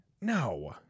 No